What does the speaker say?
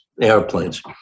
airplanes